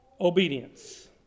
Obedience